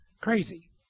crazy